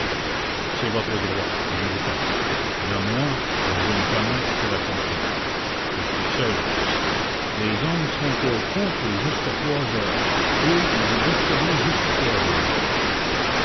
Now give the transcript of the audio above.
c'est votre droit je ne dis pas mais moi je ne connais que la consigne je suis seul ici les hommes sont au fond pour jusqu'à trois heures et ils y resteront jusqu'à trois heures